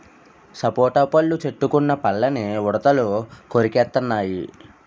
సపోటా పళ్ళు చెట్టుకున్న పళ్ళని ఉడతలు కొరికెత్తెన్నయి